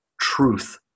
truth